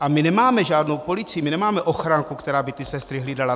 A my nemáme žádnou policii, my nemáme ochranku, která by ty sestry hlídala.